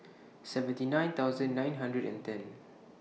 seventy nine thousand nine hundred and ten